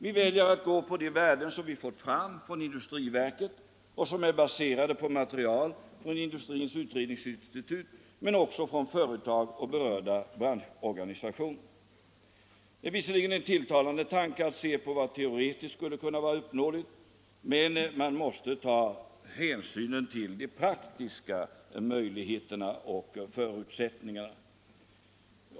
Vi väljer att gå på de värden som vi fått från industriverket och som är baserade på material från Industrins utredningsinstitut men också från företag och berörda branschorganisationer. Det är visserligen en tilltalande tanke att man skulle se på vad som teoretiskt skulle kunna vara uppnåeligt, men man måste ta hänsyn till de praktiska möjligheterna och förutsättningarna.